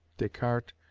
descartes,